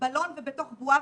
בתחילת הדיון,